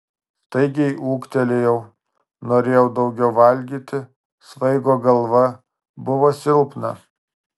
staigiai ūgtelėjau norėjau daugiau valgyti svaigo galva buvo silpna